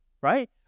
right